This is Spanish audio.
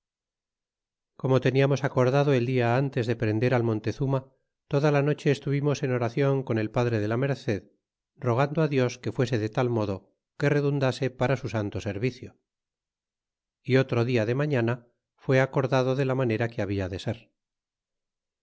como teniamos acordado el dia ntes de prender al montezuma toda la noche estuvimos en oracion con el padre de la merced rogando dios que fuese de tal modo que redundase para su santo servicio y otro dia de mañana fué acordado de la manera que habia de ser